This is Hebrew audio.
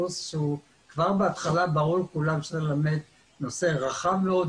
קורס שכבר בהתחלה ברור לכולם שצריך ללמד נושא רחב מאוד,